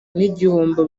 n’igihombo